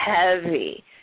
heavy